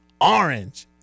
orange